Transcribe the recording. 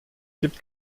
gibt